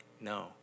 no